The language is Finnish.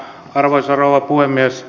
arvoisa rouva puhemies